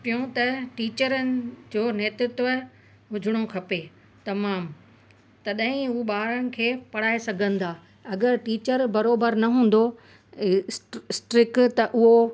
टियों त टीचरुनि जो नेतृत्व हुजणो खपे तमामु तॾहिं ई हू ॿारनि खे पढ़ाए सघंदा अगरि टीचर बराबरु न हूंदो इस स्ट्रीक त हुओ